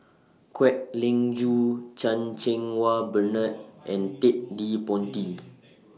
Kwek Leng Joo Chan Cheng Wah Bernard and Ted De Ponti